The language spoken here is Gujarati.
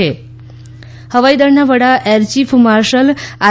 ત હવાઈદળના વડા એર ચીફ માર્શલ આર